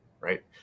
right